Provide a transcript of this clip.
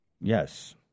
Yes